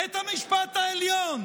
בית המשפט העליון,